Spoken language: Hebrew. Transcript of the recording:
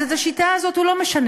אז את השיטה הזאת הוא לא משנה.